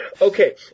Okay